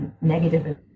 negative